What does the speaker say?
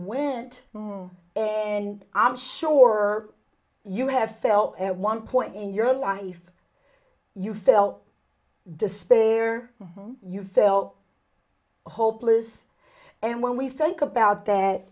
went and i'm sure you have felt at one point in your life you felt despair you felt hopeless and when we think about th